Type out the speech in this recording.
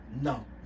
no